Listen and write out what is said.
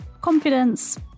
confidence